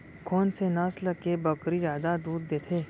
कोन से नस्ल के बकरी जादा दूध देथे